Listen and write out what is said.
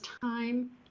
time